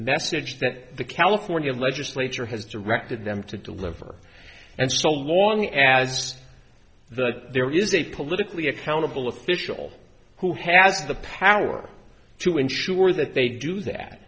message that the california legislature has directed them to deliver and so long as there is a politically accountable official who has the power to ensure that they do that